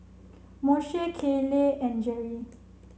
Moshe Kayleigh and Jerry